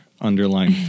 underlying